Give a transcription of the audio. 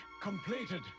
completed